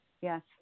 Yes